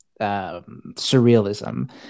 Surrealism